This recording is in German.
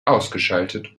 ausgeschaltet